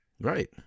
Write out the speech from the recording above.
right